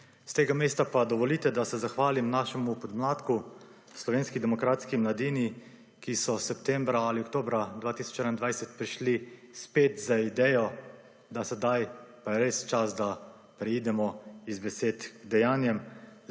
Iz tega mesta, pa dovolite, da se zahvalim našemu podmladku Slovenski demokratski mladini, ki so septembra ali oktobra 2021 prišli spet z idejo, da sedaj pa je res čas, da preidemo iz besed k dejanjem.